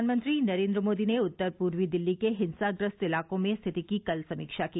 प्रधानमंत्री नरेन्द्र मोदी ने उत्तर पूर्वी दिल्ली के हिंसाग्रस्त इलाकों में स्थिति की कल समीक्षा की